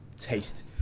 taste